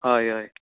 हय हय